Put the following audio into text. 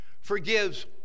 Forgives